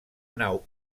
nau